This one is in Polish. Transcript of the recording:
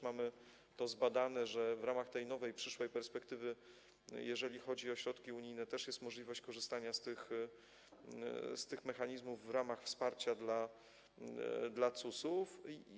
Mamy zbadane, że w ramach tej nowej, przyszłej perspektywy, jeżeli chodzi o środki unijne, też jest możliwość korzystania z tych mechanizmów w ramach wsparcia dla CUS-ów.